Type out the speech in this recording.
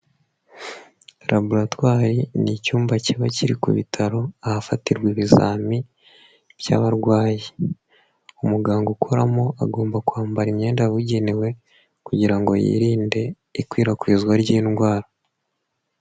Laburatware ni icyumba kiba kiri ku bitaro ahafatirwa ibizami by'abarwayi. Umuganga ukoramo agomba kwambara imyenda yabugenewe kugira ngo yirinde ikwirakwizwa ry'indwara.